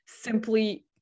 simply